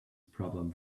problem